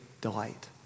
delight